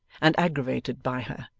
and aggravated by her,